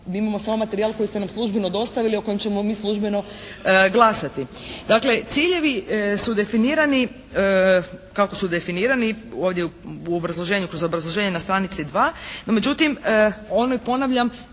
mi imamo samo materijal koji ste nam službeno dostavili o kojem ćemo mi službeno glasati. Dakle, ciljevi su definirani kako su definirani ovdje u obrazloženju, kroz obrazloženje na stranici 2. No međutim, oni ponavljam